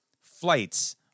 flights